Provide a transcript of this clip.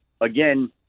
again—